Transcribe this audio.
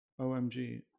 OMG